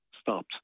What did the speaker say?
stopped